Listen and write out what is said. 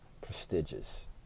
prestigious